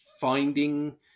finding